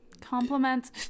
compliments